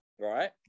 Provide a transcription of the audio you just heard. right